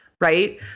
right